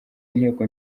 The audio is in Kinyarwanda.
inteko